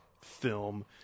film